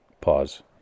Pause